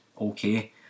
okay